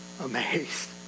amazed